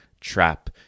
trap